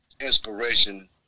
inspiration